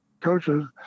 coaches